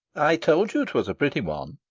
i told you twas a pretty one.